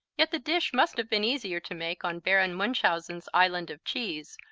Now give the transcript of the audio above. yet the dish must have been easier to make on baron munchhausen's island of cheese,